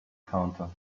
counter